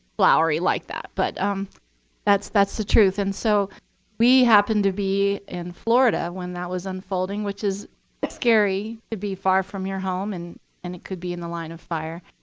flowery like that, but um that's that's the truth. and so we happened to be in florida when that was unfolding, which is scary to be far from your home and and it could be in the line of fire.